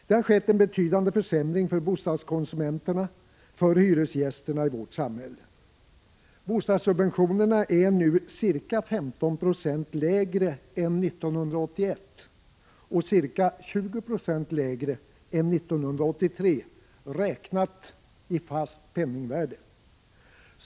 Det har blivit en betydande försämring för bostadskonsumenterna-hyresgästerna i vårt samhälle. Bostadssubventionerna är nu ca 15 90 lägre än 1981 och ca 20 90 lägre än 1983, räknat i fast penningvärde.